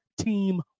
team